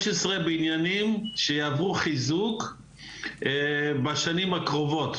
15 בניינים שיעברו חיזוק בשנים הקרובות,